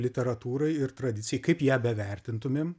literatūrai ir tradicijai kaip ją bevertintumėm